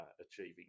achieving